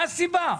מה הסיבה?